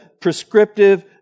prescriptive